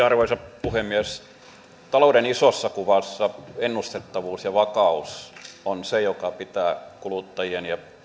arvoisa puhemies talouden isossa kuvassa ennustettavuus ja vakaus on se joka pitää kuluttajien ja